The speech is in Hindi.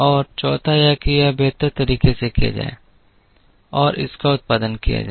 और चौथा यह है कि यह बेहतर तरीके से किया जाए और इसका उत्पादन किया जाए